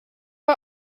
are